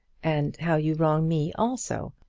and how you wrong me also.